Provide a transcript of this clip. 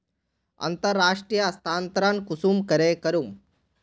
अंतर्राष्टीय स्थानंतरण कुंसम करे करूम?